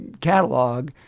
catalog